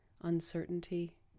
uncertainty